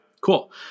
cool